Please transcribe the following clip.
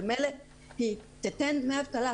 ממילא היא תיתן דמי אבטלה.